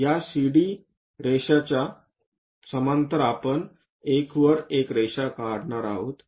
या CD रेषाच्या समांतर आपण 1 वर एक रेषा काढणार आहोत